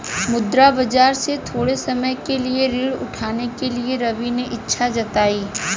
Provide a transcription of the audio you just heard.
मुद्रा बाजार से थोड़े समय के लिए ऋण उठाने के लिए रवि ने इच्छा जताई